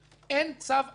אין צו אלוף